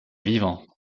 vivant